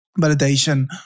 validation